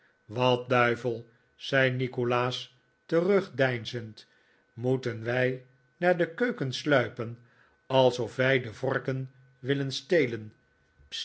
wat duivel zei nikolaas terugdeinzend moeten wij naar de keuken sluipen alsof wij de vorken wilden stelen